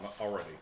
already